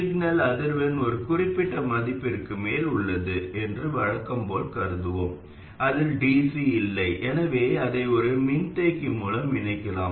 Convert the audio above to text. signal அதிர்வெண் ஒரு குறிப்பிட்ட மதிப்பிற்கு மேல் உள்ளது என்று வழக்கம் போல் கருதுவோம் அதில் dc இல்லை எனவே அதை ஒரு மின்தேக்கி மூலம் இணைக்கலாம்